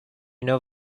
know